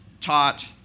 taught